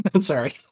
Sorry